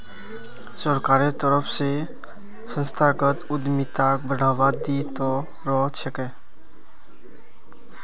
सरकारेर तरफ स संस्थागत उद्यमिताक बढ़ावा दी त रह छेक